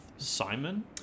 Simon